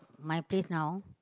my place now